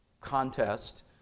contest